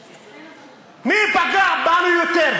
מי פגע בנו יותר,